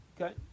okay